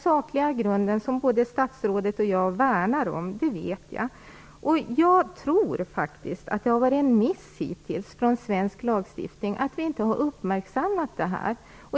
Jag vet att både statsrådet och jag värnar om den här sakliga grunden. Jag tror faktiskt att det hittills har varit en miss i svensk lagstiftning att vi inte har uppmärksammat det här.